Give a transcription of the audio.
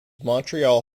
montreal